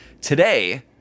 Today